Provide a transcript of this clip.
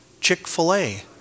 Chick-fil-A